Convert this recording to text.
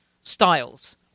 styles